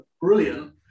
brilliant